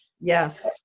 yes